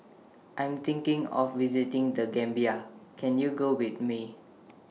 I Am thinking of visiting The Gambia Can YOU Go with Me